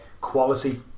quality